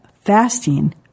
Fasting